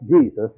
Jesus